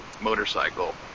motorcycle